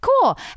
cool